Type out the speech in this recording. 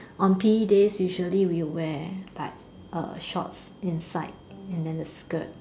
on P_E days usually we wear like a shorts inside and then a skirt